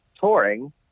touring